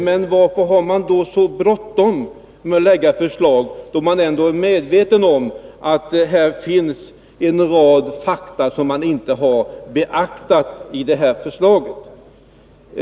Men varför har man då så bråttom med att lägga fram ett förslag, när man ändå är medveten om att en rad fakta inte har beaktats i förslaget?